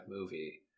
movie